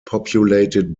populated